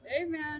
Amen